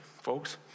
folks